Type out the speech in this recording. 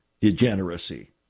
degeneracy